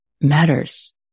matters